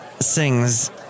Sings